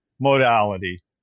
modality